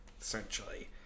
essentially